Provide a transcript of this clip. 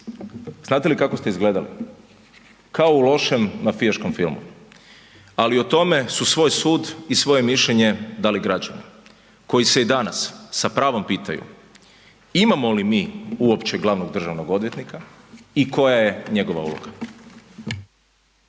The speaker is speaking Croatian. Znate li kako ste izgledali? Kao u lošem mafijaškom filmu. Ali o tome su svoj sud i svoje mišljenje dali građani koji se danas sa pravom pitaju imamo li mi uopće glavnog državnog odvjetnika i koja je njegova uloga?